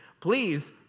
Please